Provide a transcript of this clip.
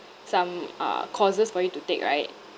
some uh courses for you to take right